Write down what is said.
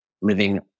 living